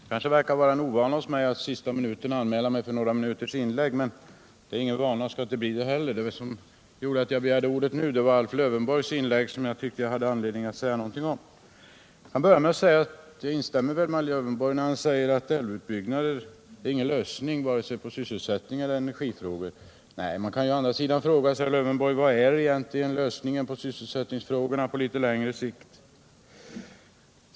Nr 52 Herr talman! Det kanske verkar vara en ovana hos mig att i sista Torsdagen den stund anmäla mig för några minuters inlägg, men det är ingen vana 15 december 1977 eller ovana och skall inte bli det heller. Vad som gjorde att jag begärde ordet nu var Alf Lövenborgs anförande, som jag tyckte att jag hade Den fysiska anledning att säga någonting om. riksplaneringen för Jag instämmer med herr Lövenborg när han säger att älvutbyggnader = vattendrag i norra är ingen lösning på vare sig sysselsättningseller energifrågor. Man kan = Svealand och å andra sidan fråga sig, herr Lövenborg, vad egentligen lösningen av Norrland sysselsättningsfrågorna på litet längre sikt är.